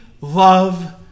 love